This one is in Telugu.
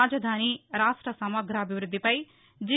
రాజధాని రాష్ట సమగ్రాభివృద్దిపై జి